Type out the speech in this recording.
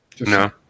No